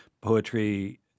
poetry